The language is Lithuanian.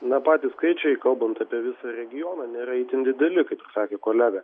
na patys skaičiai kalbant apie visą regioną nėra itin dideli kaip ir sakė kolega